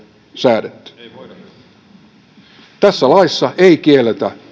säädetty tässä laissa ei kielletä